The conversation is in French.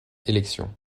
élection